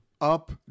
up